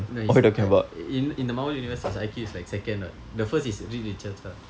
no his I in in the Marvel universe his I_Q is like second [what] the first is reed richards [what]